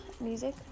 music